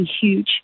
huge